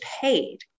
paid